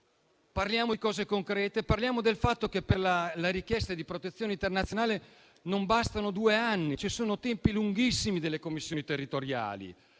Parliamo di cose concrete, parliamo del fatto che per la richiesta di protezione internazionale non bastano due anni, le commissioni territoriali